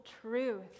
truth